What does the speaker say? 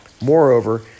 Moreover